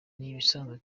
ibisanzwe